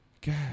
God